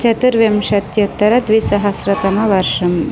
चतुर्विशत्युत्तरद्विसहस्रतमवर्षः